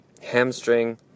hamstring